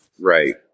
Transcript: Right